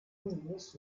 bündnis